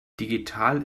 digital